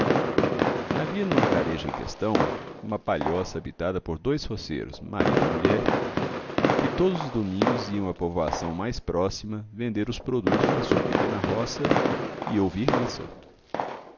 havia no lugarejo em questão uma palhoça habitada por dois roceiros marido e mulher que todos os domingos iam à povoação mais próxima vender os produtos da sua pequena roça e ouvir missa